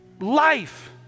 Life